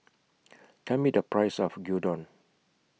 Tell Me The Price of Gyudon